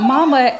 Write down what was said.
Mama